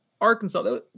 Arkansas